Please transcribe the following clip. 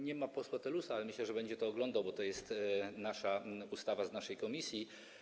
Nie ma posła Telusa, ale myślę, że będzie to oglądał, bo to jest nasza ustawa, z naszej komisji.